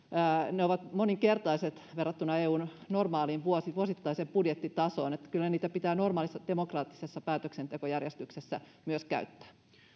ne ovat moninkertaiset verrattuna eun normaaliin vuosittaiseen budjettitasoon että kyllä niitä pitää normaalissa demokraattisessa päätöksentekojärjestyksessä myös käyttää